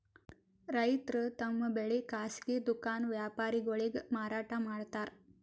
ರೈತರ್ ತಮ್ ಬೆಳಿ ಖಾಸಗಿ ದುಖಾನ್ ವ್ಯಾಪಾರಿಗೊಳಿಗ್ ಮಾರಾಟ್ ಮಾಡ್ತಾರ್